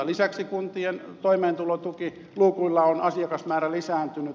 lisäksi kuntien toimeentulotukiluukuilla on asiakasmäärä lisääntynyt